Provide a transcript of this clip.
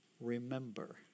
Remember